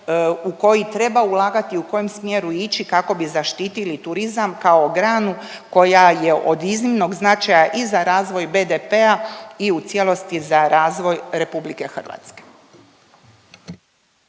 u koji treba ulagati, u kojem smjeru ići kako bi zaštitili turizam kao granu koja je od iznimnog značaja i za razvoj BDP-a i u cijelosti za razvoj RH.